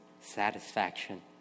satisfaction